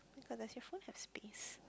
my-god does your phone have space